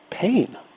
pain